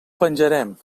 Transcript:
penjaren